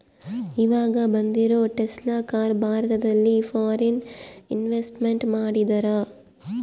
ಈವಾಗ ಬಂದಿರೋ Tesla car ಭಾರತದಲ್ಲಿ ಫಾರಿನ್ ಇನ್ವೆಸ್ಟ್ಮೆಂಟ್ ಮಾಡಿದರಾ